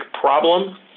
problem